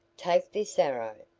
take this arrow.